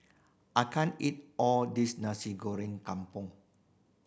I can't eat all this Nasi Goreng Kampung